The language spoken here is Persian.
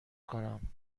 کنم